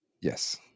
yes